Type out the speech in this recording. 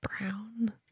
brown